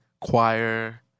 Choir